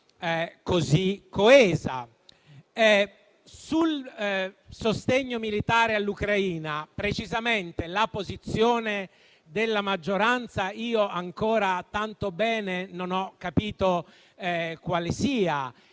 così coesa. Sul sostegno militare all'Ucraina, precisamente la posizione della maggioranza io ancora tanto bene non ho capito quale sia.